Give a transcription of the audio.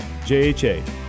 JHA